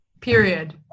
Period